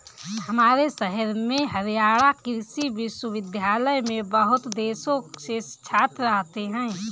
हमारे शहर में हरियाणा कृषि विश्वविद्यालय में बहुत देशों से छात्र आते हैं